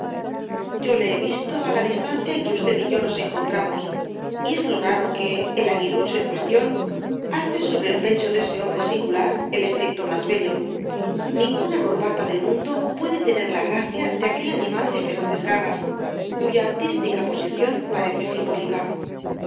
yo le he visto á la distancia en que usted y yo nos encontramos y es lo raro que el aguilucho en cuestión hace sobre el pecho de ese hombre singular el efecto más bello ninguna corbata del mundo puede tener la gracia de aquel animal de feroces garras cuya artística posición parece simbólica